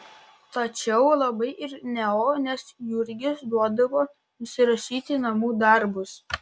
tačiau labai ir neujo nes jurgis duodavo nusirašyti namų darbus